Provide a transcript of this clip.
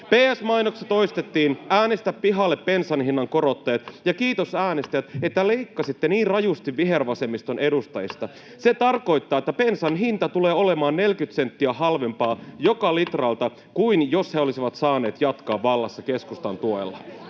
PS-mainoksissa toistettiin: ”Äänestä pihalle bensan hinnan korottajat.” Ja kiitos äänestäjät, että leikkasitte niin rajusti vihervasemmiston edustajista. Se tarkoittaa, että bensan hinta tulee olemaan 40 senttiä halvempaa joka litralta kuin jos he olisivat saaneet jatkaa vallassa keskustan tuella.